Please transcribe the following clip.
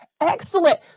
Excellent